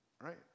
right